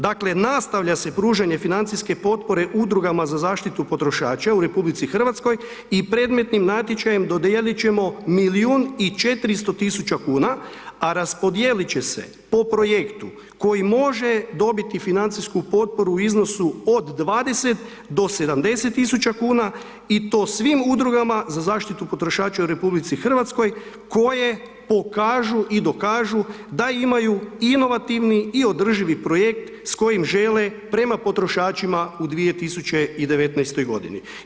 Dakle, nastavlja se pružanje financijske potpore udrugama za zaštitu potrošača u RH i predmetnim natječajem dodijelit ćemo milijun i 400 tisuća kuna, a raspodijelit će se po projektu koji može dobiti financijsku potporu u iznosu od 20 do 70 tisuća kuna i to svim udrugama za zaštitu potrošača u RH koje pokažu i dokažu da imaju inovativni i održivi projekt s kojim žele prema potrošačima u 2019. godini.